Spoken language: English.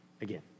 again